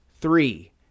three